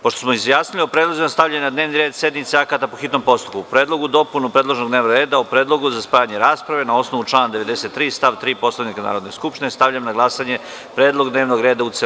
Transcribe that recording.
Pošto smo se izjasnili o predlozima, stavljam na dnevni red sednice akata po hitnom postupku, o predlogu dopune predloženog dnevnog reda u predlogu za spajanje rasprave na osnovu člana 93. stav 3. Poslovnika Narodne skupštine stavljam na glasanje predlog dnevnog reda u celini.